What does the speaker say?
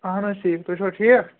اَہَن حظ ٹھیٖک تُہۍ چھُوا ٹھیٖک